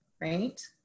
Right